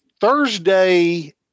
Thursday